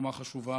תרומה חשובה,